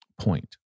point